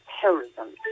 terrorism